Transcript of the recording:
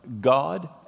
God